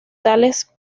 tales